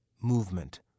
movement